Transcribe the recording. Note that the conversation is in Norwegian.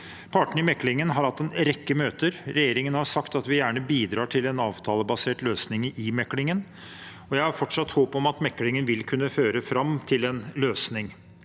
Partene i meklingen har hatt en rekke møter. Regjeringen har sagt at vi gjerne bidrar til en avtalebasert løsning i meklingen. Jeg har fortsatt håp om at meklingen vil kunne føre fram til en løsning.